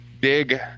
big